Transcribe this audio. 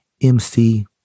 MC